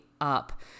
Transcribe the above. up